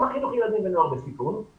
גם חינוך ילדים ונוער בסיכון,